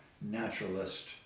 naturalist